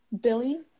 Billy